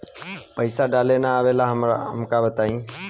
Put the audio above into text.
पईसा डाले ना आवेला हमका बताई?